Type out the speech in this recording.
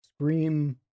Scream